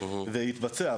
זה יתבצע,